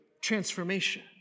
transformation